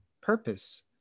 purpose